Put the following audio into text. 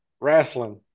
wrestling